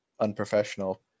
unprofessional